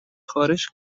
خارش